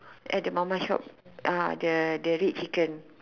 at the mama shop uh the the red chicken